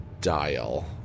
dial